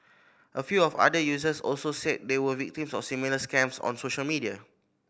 a few of other users also said they were victims of similar scams on social media